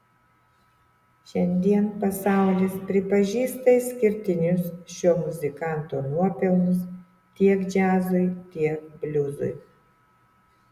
šiandien pasaulis pripažįsta išskirtinius šio muzikanto nuopelnus tiek džiazui tiek bliuzui